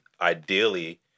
Ideally